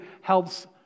helps